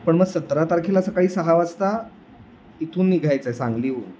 पण मग सतरा तारखेला सकाळी सहा वाजता इथून निघायचं आहे सांगलीहून